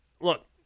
look